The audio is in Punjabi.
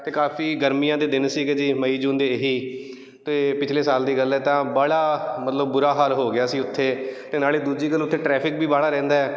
ਅਤੇ ਕਾਫੀ ਗਰਮੀਆਂ ਦੇ ਦਿਨ ਸੀਗੇ ਜੀ ਮਈ ਜੂਨ ਦੇ ਇਹੀ ਅਤੇ ਪਿਛਲੇ ਸਾਲ ਦੀ ਗੱਲ ਹੈ ਤਾਂ ਬਾਹਲਾ ਮਤਲਬ ਬੁਰਾ ਹਾਲ ਹੋ ਗਿਆ ਸੀ ਉੱਥੇ ਅਤੇ ਨਾਲੇ ਦੂਜੀ ਗੱਲ ਉੱਥੇ ਟਰੈਫਿਕ ਵੀ ਬਾਹਲਾ ਰਹਿੰਦਾ